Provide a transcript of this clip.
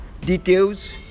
Details